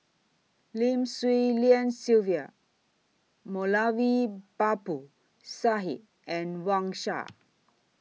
Lim Swee Lian Sylvia Moulavi Babu Sahib and Wang Sha